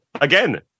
again